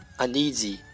uneasy，